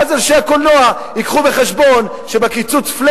ואז אנשי הקולנוע יביאו בחשבון שבקיצוץ flat